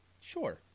Sure